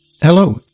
hello